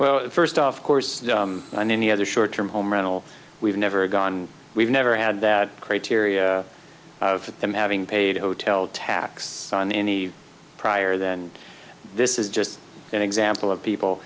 well first of course on any other short term home rental we've never gone we've never had that criteria for them having paid hotel tax on any prior then this is just an example of people